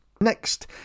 Next